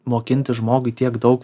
mokintis žmogui tiek daug